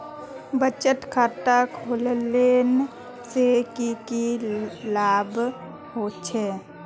बचत खाता खोलने से की की लाभ होचे?